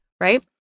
right